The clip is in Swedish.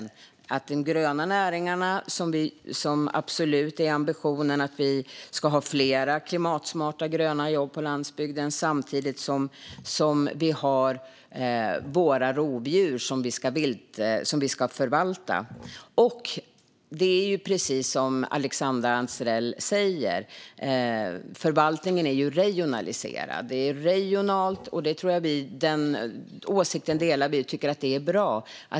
När det gäller de gröna näringarna är ambitionen absolut att vi ska ha fler klimatsmarta gröna jobb på landsbygden, samtidigt som vi har våra rovdjur som vi ska förvalta. Det är också precis som Alexandra Anstrell säger. Förvaltningen är regionaliserad, och jag tror att vi delar åsikten att det är bra.